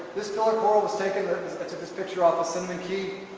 this pillar coral was taken to this picture off cinnamon cay.